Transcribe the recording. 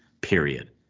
Period